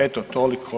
Eto, toliko.